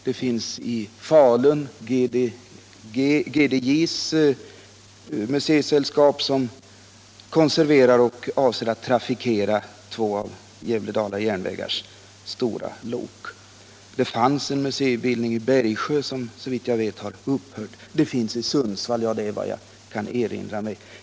I Falun finns GDJ:s museisällskap, som renoverar och avser att trafikera med två av Gävle-Dala järnvägars stora lok. I Bergsjö fanns en museibildning, som såvitt jag vet har upphört. Det finns en förening i Sundsvall. Detta är vad jag kan erinra mig.